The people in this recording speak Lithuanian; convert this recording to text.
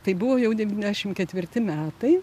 tai buvo jau devyniasdešimt ketvirti metai